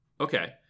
okay